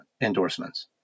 endorsements